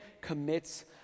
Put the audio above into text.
commits